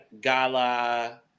Gala